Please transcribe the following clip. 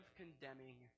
condemning